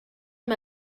amb